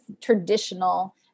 traditional